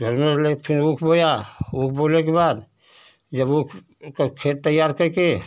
घर में हमने फिर ऊख बोया ऊख बोने के बाद जब ऊख का खेत तैयार कर के